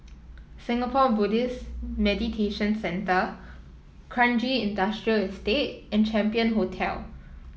Singapore Buddhist Meditation Centre Kranji Industrial Estate and Champion Hotel